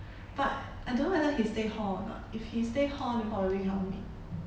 but I don't know whether he stay hall or not if he stay hall then probably hard to meet